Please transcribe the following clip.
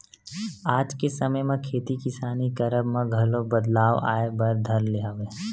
आज के समे म खेती किसानी करब म घलो बदलाव आय बर धर ले हवय